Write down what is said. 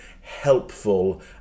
helpful